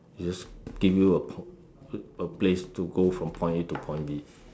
it just give you a a place to go from point A to point B